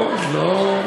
לא, לא.